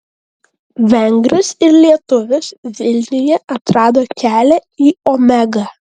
vengras ir lietuvis vilniuje atrado kelią į omegą